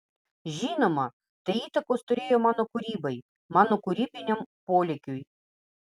žinoma tai įtakos turėjo mano kūrybai mano kūrybiniam polėkiui